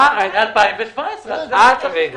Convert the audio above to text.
רק רגע,